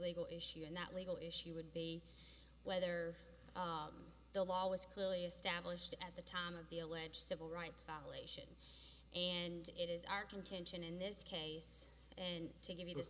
legal issue and that legal issue would be whether they'll always clearly established at the time of the alleged civil rights violation and it is our contention in this case and to give you th